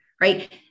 right